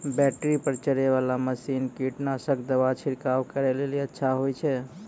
Battery पर चलै वाला मसीन कीटनासक दवा छिड़काव करै लेली अच्छा होय छै?